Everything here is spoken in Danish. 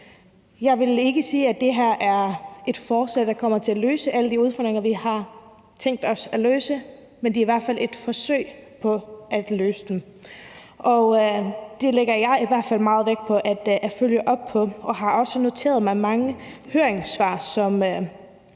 Jeg vil ikke sige, at det her er et forslag, der kommer til at løse alle de udfordringer, vi har tænkt os at løse, men det er i hvert fald et forsøg på at løse dem, og det lægger jeg i hvert fald meget vægt på at følge op på. Jeg har også noteret mig, at der er mange høringssvar,